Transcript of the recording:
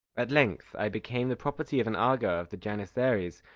at length i became the property of an aga of the janissaries,